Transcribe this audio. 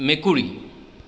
মেকুৰী